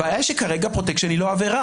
הבעיה היא שכרגע פרוטקשן היא לא עבירה.